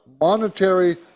monetary